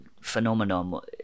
phenomenon